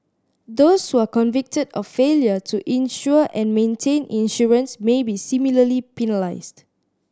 those who are convicted of failure to insure and maintain insurance may be similarly penalised